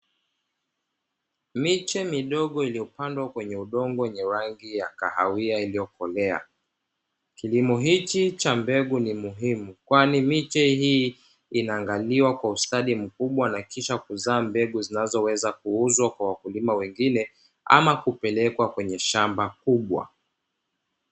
Miche midogo iliyopandwa kwenye udongo wenye rangi ya kahawia iliyokolea, kilimo hichi cha mbegu ni muhimu kwani miche hii inaangaliwa kwa ustawi mkubwa, na kisha kuuzwa kwa wakulima wengine ama kupelekwa kwenye shamba kubwa.